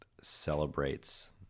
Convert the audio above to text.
celebrates